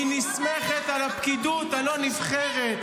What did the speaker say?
היא נסמכת על הפקידות הלא-נבחרת.